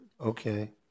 Okay